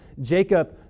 Jacob